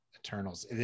Eternals